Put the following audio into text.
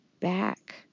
back